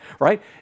right